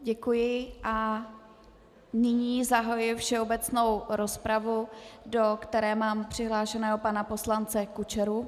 Děkuji a nyní zahajuji všeobecnou rozpravu, do které mám přihlášeného pana poslance Kučeru.